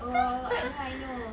oh I know I know